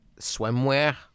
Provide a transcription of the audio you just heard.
swimwear